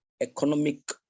economic